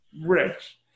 rich